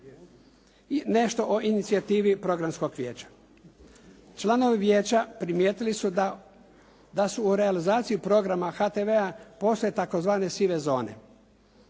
I nešto o inicijativi programskog vijeća. Članovi vijeća primijetili su da, da su u realizaciji programa HTV-a postoje tzv. sive zone,